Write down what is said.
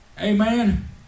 amen